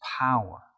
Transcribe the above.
power